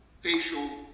facial